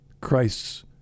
Christ's